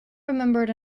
remembered